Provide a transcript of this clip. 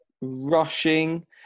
rushing